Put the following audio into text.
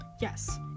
Yes